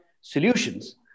solutions